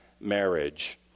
marriage